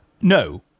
No